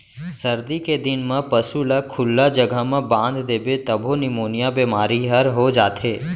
सरदी के दिन म पसू ल खुल्ला जघा म बांध देबे तभो निमोनिया बेमारी हर हो जाथे